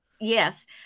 Yes